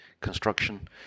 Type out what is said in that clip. construction